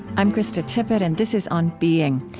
i'm krista tippett, and this is on being.